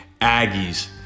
Aggies